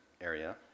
area